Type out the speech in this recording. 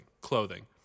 clothing